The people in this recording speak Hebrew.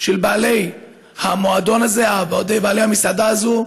של בעלי המועדון, בעלי המסעדה הזאת,